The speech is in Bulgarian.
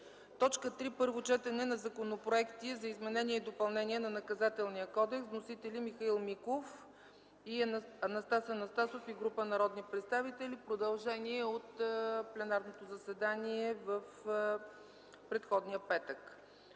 г. 3. Първо четене на законопроекти за изменение и допълнение на Наказателния кодекс. Вносители: Михаил Миков; Анастас Анастасов и група народни представители – продължение от пленарното заседание в предходния петък.